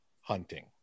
Hunting